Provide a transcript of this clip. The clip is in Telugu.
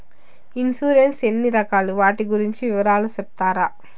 ఇన్సూరెన్సు ఎన్ని రకాలు వాటి గురించి వివరాలు సెప్తారా?